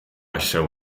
asja